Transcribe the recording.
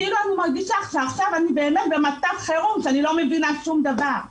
אני מרגישה שאני עכשיו באמת במצב חירום ולא מבינה שום דבר.